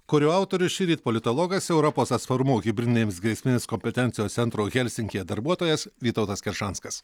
kurio autorius šįryt politologas europos atsparumo hibridinėms grėsmėms kompetencijos centro helsinkyje darbuotojas vytautas keršanskas